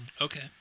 Okay